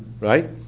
right